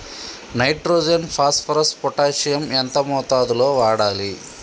Nitrogen phosphorus potassium ఎంత మోతాదు లో వాడాలి?